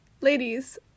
Ladies